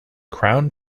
crown